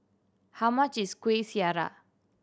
how much is Kueh Syara